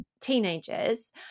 teenagers